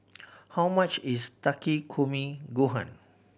how much is Takikomi Gohan